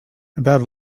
about